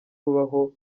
babaho